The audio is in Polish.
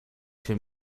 się